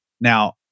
Now